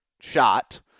shot